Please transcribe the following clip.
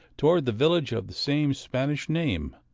toward the village of the same spanish name,